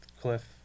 Cliff